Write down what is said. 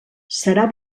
serà